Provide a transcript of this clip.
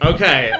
Okay